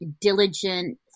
diligent